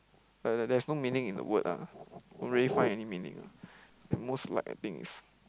like like there's no meaning in the word ah don't really find any meaning ah most like I think is